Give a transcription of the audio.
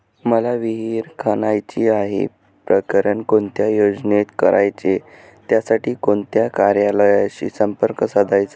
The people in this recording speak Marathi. मला विहिर खणायची आहे, प्रकरण कोणत्या योजनेत करायचे त्यासाठी कोणत्या कार्यालयाशी संपर्क साधायचा?